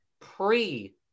pre